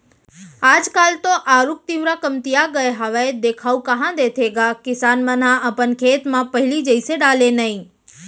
आज काल तो आरूग तिंवरा कमतिया गय हावय देखाउ कहॉं देथे गा किसान मन ह अपन खेत म पहिली जइसे डाले नइ